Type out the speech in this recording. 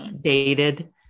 dated